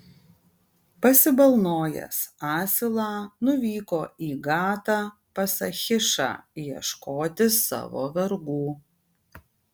pasibalnojęs asilą nuvyko į gatą pas achišą ieškoti savo vergų